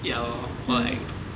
ya lor or like